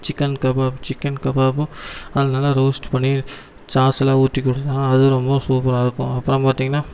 chicken kebab chicken கபாப்பும் அதை நல்லா ரோஸ்ட் பண்ணி சாஸெல்லாம் ஊற்றி அது ரொம்ப சூப்பராக இருக்கும் அப்புறம் பார்த்தீங்கன்னா